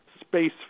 space